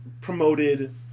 promoted